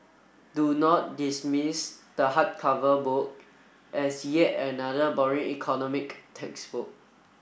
do not dismiss the hardcover book as yet another boring economic textbook